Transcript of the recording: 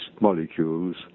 molecules